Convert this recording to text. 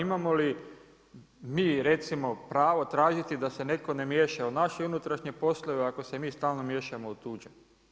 Imamo li mi recimo pravo tražiti da se netko ne miješa u naše unutrašnje poslove ako se mi stalno miješamo u tuđe?